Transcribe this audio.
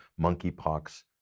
monkeypox